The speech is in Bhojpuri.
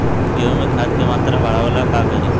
गेहूं में खाद के मात्रा बढ़ावेला का करी?